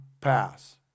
pass